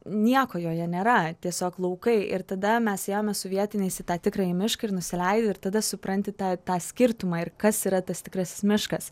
nieko joje nėra tiesiog laukai ir tada mes ėjome su vietiniais į tą tikrąjį mišką ir nusileidi ir tada supranti tą tą skirtumą ir kas yra tas tikrasis miškas